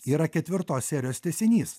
yra ketvirtos serijos tęsinys